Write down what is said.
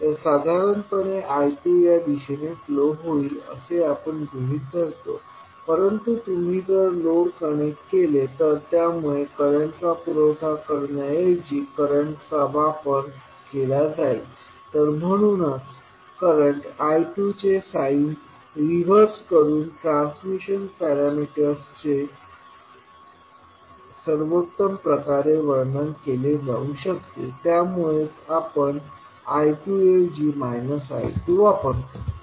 तर साधारणपणे I2 या दिशेने फ्लो होईल असे आपण गृहीत धरतो परंतु तुम्ही जर लोड कनेक्ट केले तर त्यामुळे करंटचा पुरवठा करण्याऐवजी करंटचा वापर केला जाईल तर म्हणूनच करंट I2 चे साइन रिव्हर्स करून ट्रान्समिशन पॅरामीटर्सचे सर्वोत्तम प्रकारे वर्णन केले जाऊ शकते त्यामुळेच आपण I2 ऐवजी I2वापरतो